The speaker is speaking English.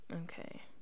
Okay